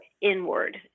inward